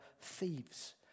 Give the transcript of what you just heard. thieves